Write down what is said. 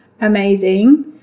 amazing